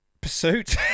Pursuit